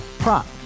Prop